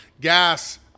Gas